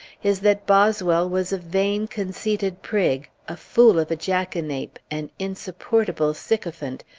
is that boswell was a vain, conceited prig, a fool of a jackanape, an insupportable sycophant,